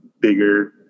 bigger